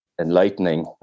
enlightening